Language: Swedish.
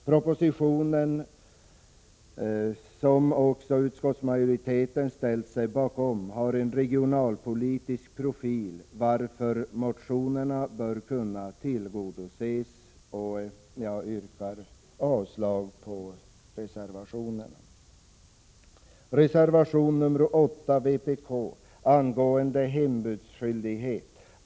Propositionen, som också utskottsmajoriteten ställt sig bakom, har en regionalpolitisk profil, varför motionerna bör kunna tillgodoses. Jag yrkar avslag på reservationerna 6 och 7. Reservation 8 från vpk gäller hembudsskyldighet.